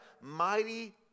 Mighty